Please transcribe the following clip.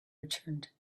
returned